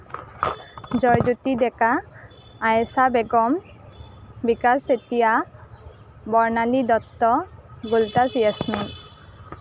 Joyjyoti Deka Ayesha Begum Bikash Chetia Bornali Dutta Goltaj Yasmin